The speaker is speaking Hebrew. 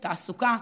תעסוקה,